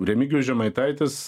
remigijus žemaitaitis